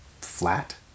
flat